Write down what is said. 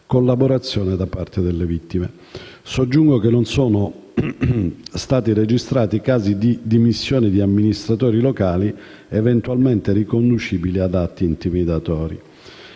collaborazione da parte delle vittime. Soggiungo che non si sono registrati casi di dimissioni di amministratori locali eventualmente riconducibili ad atti intimidatori.